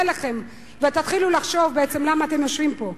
אצלכם ותתחילו לחשוב למה בעצם אתם יושבים פה.